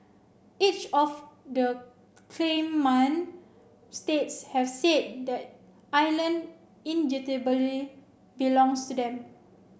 each of the claimant states have said that island indubitably belongs to them